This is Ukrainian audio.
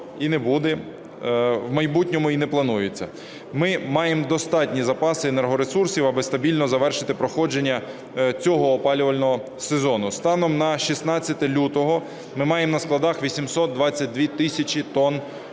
і не буде в майбутньому, і не планується. Ми маємо достатні запаси енергоресурсів, аби стабільно завершити проходження цього опалювального сезону. Станом на 16 лютого ми маємо на складах 822 тисячі тонн